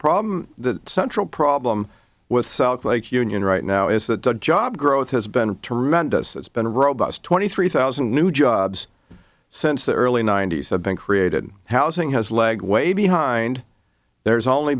problem the central problem with south lake union right now is that the job growth has been to remind us it's been robust twenty three thousand new jobs since the early nineties have been created housing has leg way behind there's only